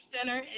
Center